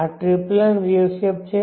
આ triplen wave shape છે